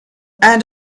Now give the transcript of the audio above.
and